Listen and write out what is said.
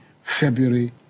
February